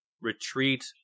retreat